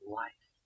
life